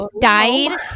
dying